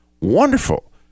wonderful